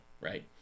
right